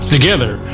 Together